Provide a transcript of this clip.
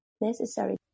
necessary